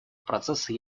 процесса